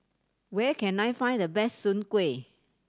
where can I find the best soon kway